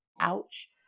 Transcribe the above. ouch